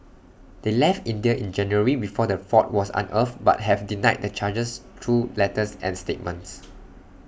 they left India in January before the fraud was unearthed but have denied the charges through letters and statements